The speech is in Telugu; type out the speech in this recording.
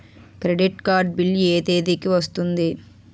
క్రెడిట్ కార్డ్ బిల్ ఎ తేదీ కి వస్తుంది?